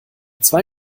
zwei